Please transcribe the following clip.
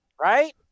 Right